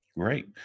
Great